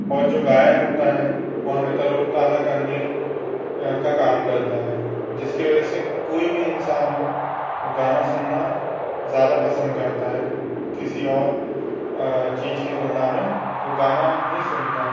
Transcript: और जो गायन होता है वो हमें तरो ताज़ा करने का काम करता है जिसकी वजह से कोई भी इंसान हो वो गाना सुनना ज़्यादा पसंद करता है किसी और चीज की तुलना में वो गाना ही सुनता है